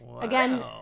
again